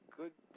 good